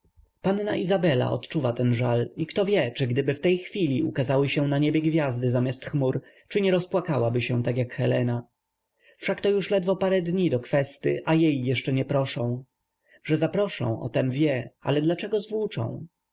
panna izabela odczuwa ten żal i kto wie czy gdyby w tej chwili ukazały się na niebie gwiazdy zamiast chmur czy nie rozpłakałaby się tak jak helena wszakto już ledwo parę dni do kwesty a jej jeszcze nie proszą że zaproszą o tem wie ale dlaczego